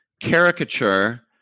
caricature